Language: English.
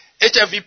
HIV